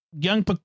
young